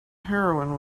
heroin